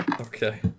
Okay